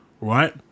right